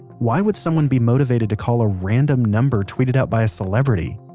why would someone be motivated to call a random number tweeted out by a celebrity?